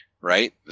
Right